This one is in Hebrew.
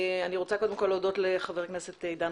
אני רוצה קודם כול להודות לחבר הכנסת עידן